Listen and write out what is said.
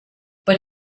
but